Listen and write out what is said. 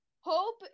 Hope